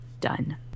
Done